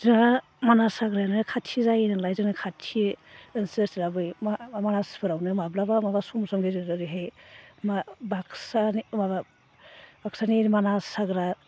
जोहा मानास हाग्रामायानो खाथि जायो नालाय जोंना खाथि सोरबा सोरबा मानासफोरावनो माब्लाबा माब्लाबा सम सम गेजेराव ओरैहाय मा बाकसानि माबा बाकसानि मानास हाग्रा